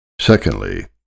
Secondly